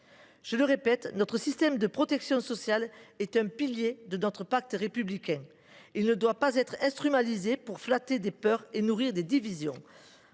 J’y insiste, notre système de protection sociale est un pilier de notre pacte républicain. Il ne doit pas être instrumentalisé pour flatter des peurs et nourrir des divisions.